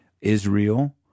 Israel